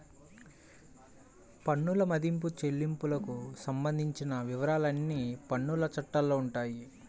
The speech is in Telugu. పన్నుల మదింపు, చెల్లింపులకు సంబంధించిన వివరాలన్నీ పన్నుల చట్టాల్లో ఉంటాయి